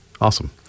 Awesome